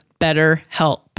BetterHelp